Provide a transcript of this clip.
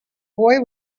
boy